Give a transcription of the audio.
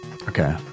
Okay